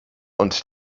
und